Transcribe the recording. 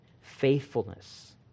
faithfulness